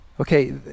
Okay